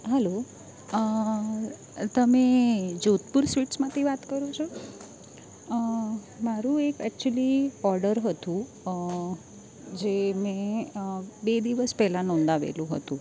hello તમે જોધપુર સ્વીટ્સમાંથી વાત કરો છો મારું એક એક્ચૂલી ઓર્ડર હતું જે મેં બે દિવસ પહેલા નોંધાવેલું હતું